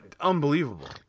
Unbelievable